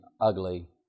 ugly